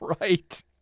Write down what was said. right